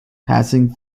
passing